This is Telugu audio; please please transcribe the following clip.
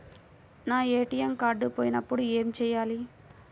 నా ఏ.టీ.ఎం కార్డ్ పోయినప్పుడు ఏమి చేయాలి?